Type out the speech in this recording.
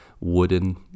wooden